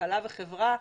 כלכלה וחברה,